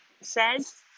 says